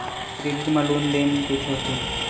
Credit मा लेन देन कइसे होथे?